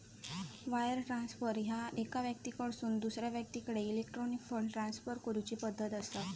wire transfer ह्या एका व्यक्तीकडसून दुसरा व्यक्तीकडे इलेक्ट्रॉनिक फंड ट्रान्सफर करूची पद्धत असा